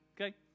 Okay